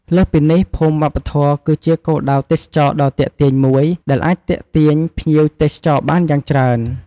លើសពីនេះភូមិវប្បធម៌ គឺជាគោលដៅទេសចរណ៍ដ៏ទាក់ទាញមួយ ដែលអាចទាក់ទាញភ្ញៀវទេសចរបានយ៉ាងច្រើន។